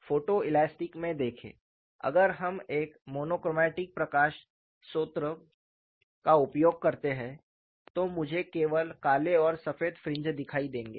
photoelastic में देखें अगर हम एक मोनोक्रोमैटिक प्रकाश स्रोत का उपयोग करते हैं तो मुझे केवल काले और सफेद फ्रिंज दिखाई देंगे